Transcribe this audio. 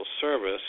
service